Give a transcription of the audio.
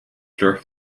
kleur